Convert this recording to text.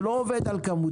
זה לא עובד על כמותי.